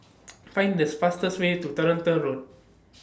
Find The This fastest Way to Toronto Road